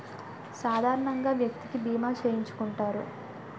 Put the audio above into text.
సాధారణంగా వ్యక్తికి బీమా చేయించుకుంటారు